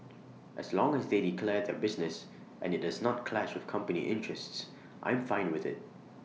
as long as they declare their business and IT does not clash with company interests I'm fine with IT